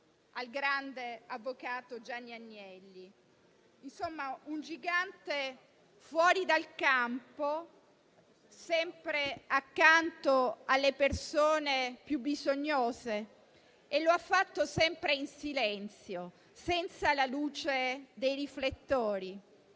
al grande avvocato Gianni Agnelli; un gigante fuori dal campo, sempre accanto alle persone più bisognose, facendolo sempre in silenzio, senza la luce dei riflettori,